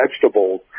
vegetables